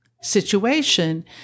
situation